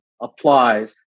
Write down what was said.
applies